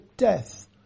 death